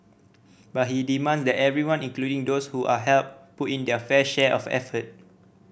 but he demands that everyone including those who are helped put in their fair share of effort